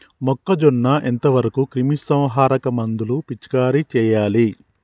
మొక్కజొన్న ఎంత వరకు క్రిమిసంహారక మందులు పిచికారీ చేయాలి?